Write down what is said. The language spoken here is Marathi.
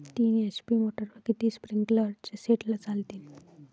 तीन एच.पी मोटरवर किती स्प्रिंकलरचे सेट चालतीन?